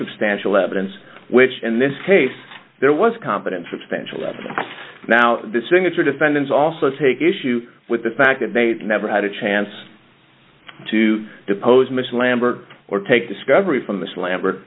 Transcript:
substantial evidence which in this case there was competent substantial now the signature defendants also take issue with the fact that they never had a chance to depose mr lambert or take discovery from the slammer